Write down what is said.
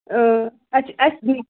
اۭں اَسہِ چھِ